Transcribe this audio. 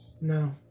no